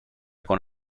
con